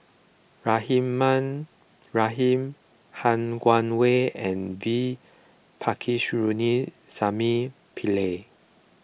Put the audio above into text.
Rahimah Rahim Han Guangwei and V Pillai